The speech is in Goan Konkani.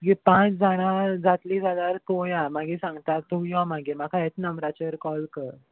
तुमी पांच जाणां जातलीं जाल्यार तूं या मागीर सांगता तूं यो मागीर म्हाका हेच नंबराचेर कॉल कर